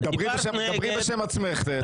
דברי בשם עצמך.